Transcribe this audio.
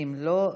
אם לא,